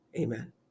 Amen